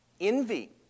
envy